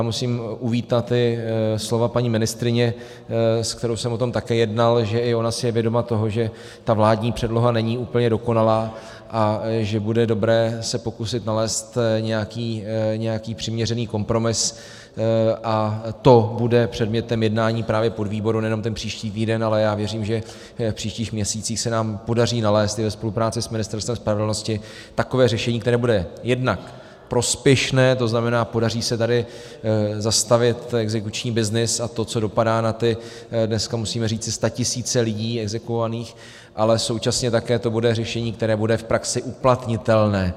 Musím uvítat i slova paní ministryně, se kterou jsem o tom také jednal, že i ona si je vědoma toho, že vládní předloha není úplně dokonalá a že bude dobré se pokusit nalézt nějaký přiměřený kompromis, a to bude předmětem jednání právě podvýboru nejenom ten příští týden, ale já věřím, že v příštích měsících se nám podaří nalézt i ve spolupráci s Ministerstvem spravedlnosti takové řešení, které bude jednak prospěšné, to znamená, podaří se tady zastavit exekuční byznys a to, co dopadá na ty dneska musíme říci statisíce exekvovaných lidí, ale současně také to bude řešení, které bude v praxi uplatnitelné.